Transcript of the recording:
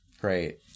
great